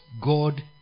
God